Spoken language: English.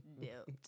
dipped